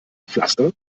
pflaster